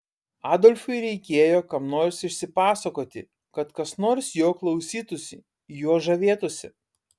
adolfui reikėjo kam nors išsipasakoti kad kas nors jo klausytųsi juo žavėtųsi